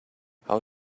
how